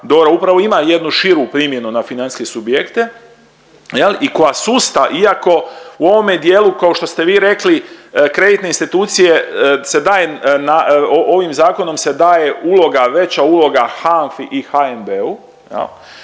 DORA upravo ima jednu širu primjenu na financijske subjekte i koja iako u ovome dijelu kao što ste vi rekli kreditne institucije se daje ovim zakonom se daje uloga veća uloga HANFA-i i HNB-u.